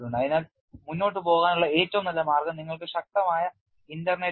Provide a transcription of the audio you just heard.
അതിനാൽ മുന്നോട്ട് പോകാനുള്ള ഏറ്റവും നല്ല മാർഗം നിങ്ങൾക്ക് ശക്തമായ ഇന്റർനെറ്റ് ഉണ്ട്